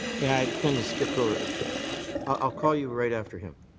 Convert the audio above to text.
i tend to skip over i'll call you right after him.